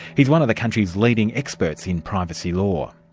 he is one of the country's leading experts in privacy law.